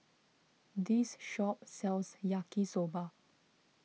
this shop sells Yaki Soba